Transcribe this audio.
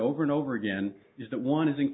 over and over again is that one is in